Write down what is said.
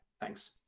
thanks